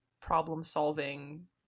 problem-solving